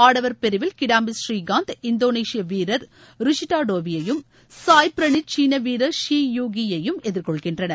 ஆடவர் பிரில் கிடாம்பி ஸ்ரீகாந்த் இந்தோனேஷிய வீரர் ருஷ்டாவிடோவையும் சாய் பிரனித் சீன வீரர் ஷி யு கி யைும் எதிர்கொள்கின்றனர்